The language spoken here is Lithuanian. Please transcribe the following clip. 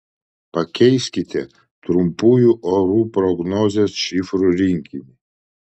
pakeiskite trumpųjų orų prognozės šifrų rinkinį